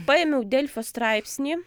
paėmiau delfio straipsnį